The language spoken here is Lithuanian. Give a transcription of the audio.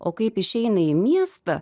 o kaip išeina į miestą